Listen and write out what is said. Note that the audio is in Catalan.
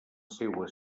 seua